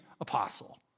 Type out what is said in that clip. apostle